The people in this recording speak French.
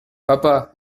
papa